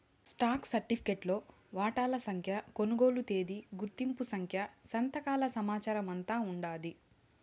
stock సరిఫికెట్లో వాటాల సంఖ్య, కొనుగోలు తేదీ, గుర్తింపు సంఖ్య, సంతకాల సమాచారమంతా ఉండాది